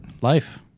Life